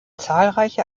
zahlreiche